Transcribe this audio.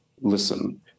listen